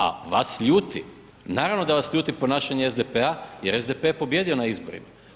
A vas ljuti, naravno da vas ljuti ponašanje SDP-a jer SDP je pobijedio na izborima.